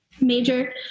major